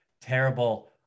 terrible